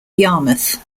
yarmouth